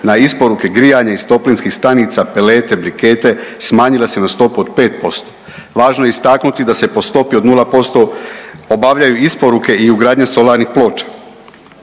na isporuke grijanja iz toplinskih stanica, pelete, brikete smanjila se na stopu od 5%. Važno je istaknuti da se to stopi od 0% obavljaju isporuke i ugradnja solarnih ploča.